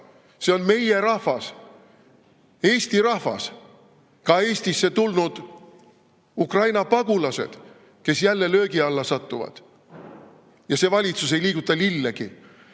See on meie rahvas, Eesti rahvas, ka Eestisse tulnud Ukraina pagulased, kes jälle löögi alla sattuvad. Ja see valitsus ei liiguta lillegi.